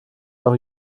auch